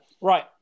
Right